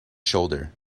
shoulder